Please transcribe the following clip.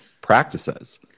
practices